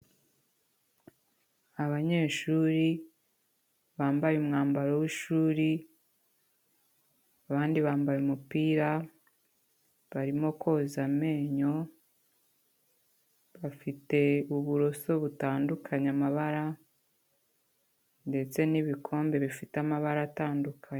Abanyeshuri bambaye umwambaro w'ishuri, abandi bambaye umupira, barimo koza amenyo, bafite uburoso butandukanye amabara ndetse n'ibikombe bifite amabara atandukanye.